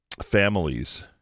Families